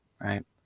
right